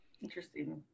Interesting